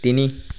তিনি